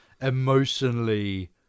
emotionally